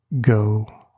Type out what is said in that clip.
Go